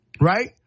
Right